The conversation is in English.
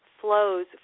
flows